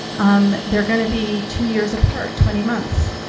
um they're going to be two years apart, twenty months.